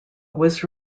was